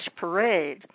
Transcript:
parade